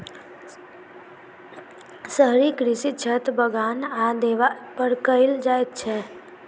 शहरी कृषि छत, बगान आ देबाल पर कयल जाइत छै